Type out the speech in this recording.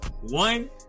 One